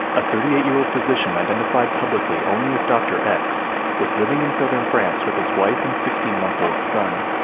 a thirty eight year old physician identified publicly only as dr. x, was living in southern france with his wife and sixteen-month-old son.